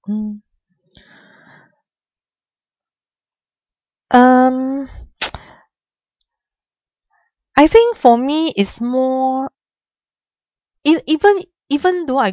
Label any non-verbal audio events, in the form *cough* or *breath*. mm *breath* um *noise* I think for me is more e~ even even though I